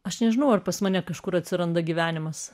aš nežinau ar pas mane kažkur atsiranda gyvenimas